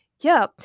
Yeah